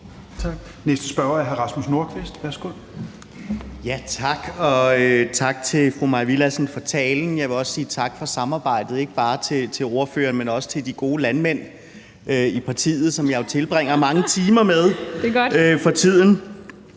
Tak. Næste spørger er hr. Rasmus Nordqvist. Værsgo. Kl. 15:57 Rasmus Nordqvist (SF): Tak til fru Mai Villadsen for talen. Jeg vil også sige tak for samarbejdet, ikke bare til ordføreren, men også til de gode landmænd i partiet, som jeg jo tilbringer mange timer med for tiden.